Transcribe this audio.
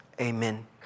Amen